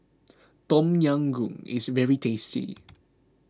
Tom Yam Goong is very tasty